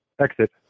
exit